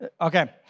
Okay